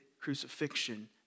crucifixion